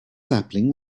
sapling